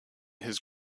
his